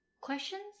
Questions